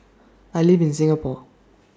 I live in Singapore